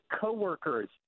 co-workers